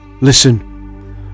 ...listen